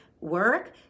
work